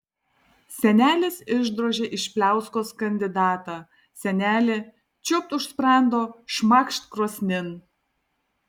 senelis išdrožė iš pliauskos kandidatą senelė čiūpt už sprando šmakšt krosnin